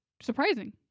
surprising